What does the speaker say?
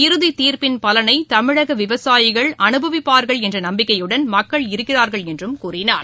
இறுதி தீர்ப்பின் பலனை தமிழக விவசாயிகள் அனுபவிப்பார்கள் என்ற நம்பிக்கையுடன் மக்கள் இருக்கிறார்கள் என்றும் கூறினார்